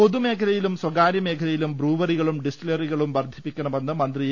പൊതുമേഖലയിലും സ്വകാര്യമേഖലയിലും ബ്രൂവറികളും ഡിസ്റ്റി ലറികളും വർദ്ധിപ്പിക്കണമെന്ന് മന്ത്രി എ